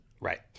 Right